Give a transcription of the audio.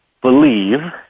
believe